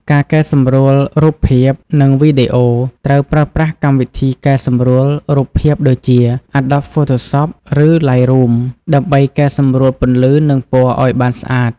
ការកែសម្រួលរូបភាព និងវីដេអូ ត្រូវប្រើប្រាស់កម្មវិធីកែសម្រួលរូបភាពដូចជា Adobe Photoshop ឬ Lightroom ដើម្បីកែសម្រួលពន្លឺ និងពណ៌ឲ្យបានស្អាត។